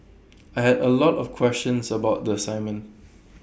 I had A lot of questions about the assignment